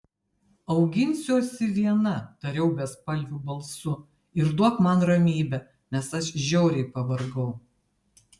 auginsiuosi viena tariau bespalviu balsu ir duok man ramybę nes aš žiauriai pavargau